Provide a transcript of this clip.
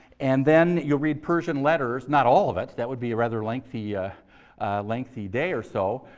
and then you'll read persian letters, not all of it. that would be a rather lengthy ah lengthy day or so.